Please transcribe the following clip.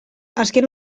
azken